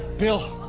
bill